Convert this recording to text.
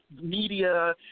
media